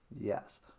Yes